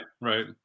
Right